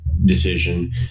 Decision